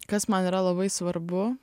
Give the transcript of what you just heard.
kas man yra labai svarbu